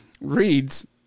reads